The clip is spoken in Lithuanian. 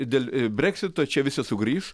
dėl breksito čia visi sugrįš